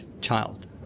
child